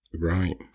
Right